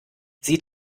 sie